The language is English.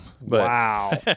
Wow